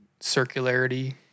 circularity